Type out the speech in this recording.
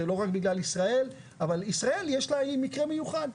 זה לא רק בגלל ישראל, אבל ישראל היא מקרה מיוחד.